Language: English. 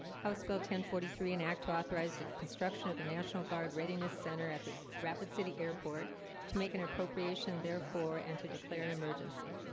how so about ten forty three an act to authorize the construction of the national guard readiness center at the rapid city airport to make an appropriation therefore and to declare an emergency